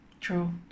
True